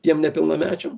tiem nepilnamečiam